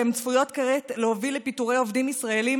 והן צפויות כעת להוביל לפיטורי עובדים ישראלים